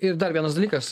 ir dar vienas dalykas